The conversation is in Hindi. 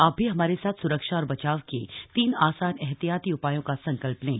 आप भी हमारे साथ स्रक्षा और बचाव के तीन आसान एहतियाती उपायों का संकल्प लें